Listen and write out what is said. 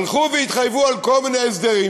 הלכו והתחייבו על כל מיני הסדרים.